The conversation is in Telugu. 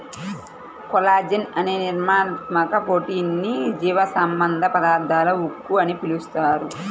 కొల్లాజెన్ అనే నిర్మాణాత్మక ప్రోటీన్ ని జీవసంబంధ పదార్థాల ఉక్కు అని పిలుస్తారు